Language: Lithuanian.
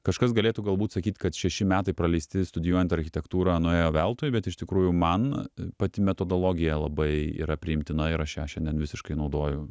kažkas galėtų galbūt sakyt kad šeši metai praleisti studijuojant architektūrą nuėjo veltui bet iš tikrųjų man pati metodologija labai yra priimtina ir aš ją šiandien visiškai naudoju